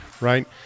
right